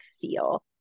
feel